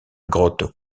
grotte